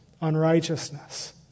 unrighteousness